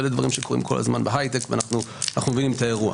ואלה דברים שקורים כל הזמן בהייטק ואנחנו מבינים את האירוע,